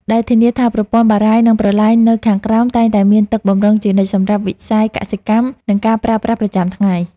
ដែលធានាថាប្រព័ន្ធបារាយណ៍ និងប្រឡាយនៅខាងក្រោមតែងតែមានទឹកបម្រុងជានិច្ចសម្រាប់វិស័យកសិកម្ម និងការប្រើប្រាស់ប្រចាំថ្ងៃ។